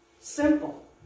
simple